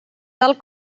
tal